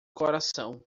coração